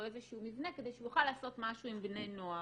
איזשהו מבנה כדי שהוא יוכל לעשות משהו עם בני נוער.